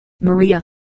Maria